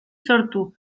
sortu